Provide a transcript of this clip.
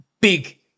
big